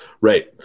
Right